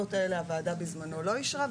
מהסיבות האלה הוועדה בזמנו לא אישרה,